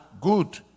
good